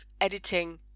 editing